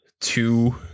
two